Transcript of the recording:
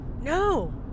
no